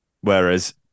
whereas